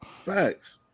Facts